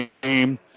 game